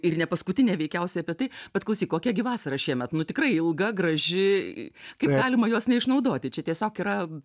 ir ne paskutinė veikiausiai apie tai bet klausyk kokia gi vasara šiemet nu tikrai ilga graži kaip galima jos neišnaudoti čia tiesiog yra